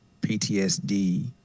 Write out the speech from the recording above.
PTSD